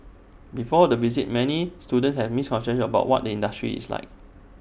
before the visit many students have misconceptions about what the industry is like